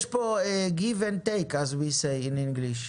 יש פה Give and take, as we say in English.